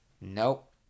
nope